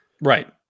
right